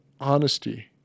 honesty